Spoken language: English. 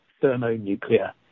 thermonuclear